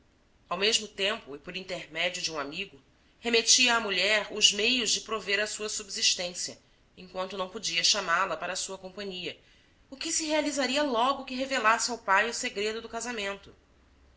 ao mesmo tempo e por intermédio de um amigo remetia à mulher os meios de prover à sua subsistência enquanto não podia chamá-la para sua companhia o que se realizaria logo que revelasse ao pai o segredo do casamento